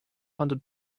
hundred